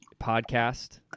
podcast